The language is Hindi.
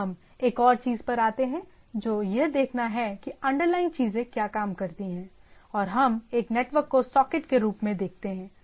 अब हम एक और चीज पर आते हैं जो यह देखना है कि अंडरलाइनगं चीजें क्या काम करती हैं और हम एक नेटवर्क को सॉकेट के रूप में देखते हैं